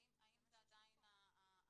האם זה עדיין הצפי,